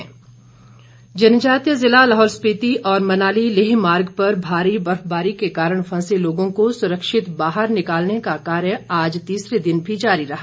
बचाव कार्य जनजातीय जिला लाहौल स्पीति और मनाली लेह मार्ग पर भारी बर्फबारी के कारण फंसे लोगों को सुरक्षित बाहर निकालने का कार्य आज तीसरे दिन भी जारी रहा